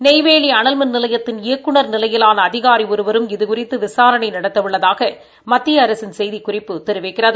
நெய்வேலி அனல் மின் நிலையத்தின் இயக்குநர் நிலையிலான அதிகாரி ஒருவரும் இது குறித்து விசாரணை நடத்த உள்ளதாக மத்திய அரசின் செய்திக்குறிப்பு தெரிவிக்கிறது